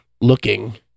looking